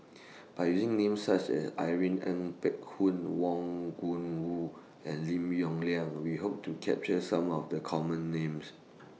By using Names such as Irene Ng Phek Hoong Wang Gungwu and Lim Yong Liang We Hope to capture Some of The Common Names